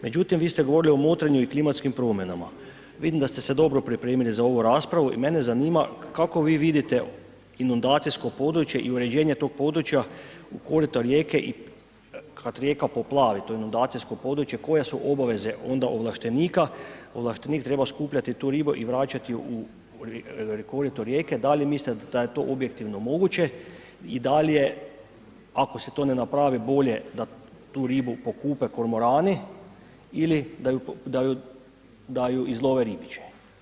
Međutim, vi ste govorili o motrenju i klimatskim promjenama vidim da ste se dobro pripremili za ovu raspravu i mene zanima kako vi vidite inundacijsko područje i uređene tog područja u korota rijeke i kad rijeka poplavi to inundacijsko područje, koje su obaveze onda ovlaštenika, ovlaštenik treba skupljati tu ribu i vraćati ju u korito rijeke, da li mislite da je to objektivno moguće i da li je ako se to ne napravi, bolje da tu ribu pokupe kormorani ili da ju izlove ribiči?